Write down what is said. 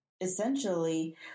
essentially